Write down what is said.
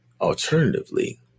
Alternatively